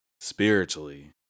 spiritually